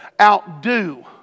Outdo